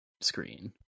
screen